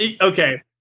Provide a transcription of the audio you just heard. Okay